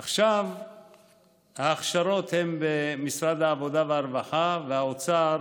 עכשיו ההכשרות הן במשרד העבודה והרווחה, והאוצר